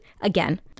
again